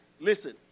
Listen